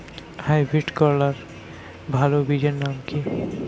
Hybrid করলার ভালো বীজের নাম কি?